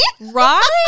Right